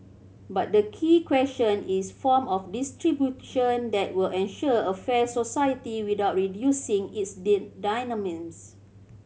but the key question is form of redistribution that will ensure a fair society without reducing its dynamism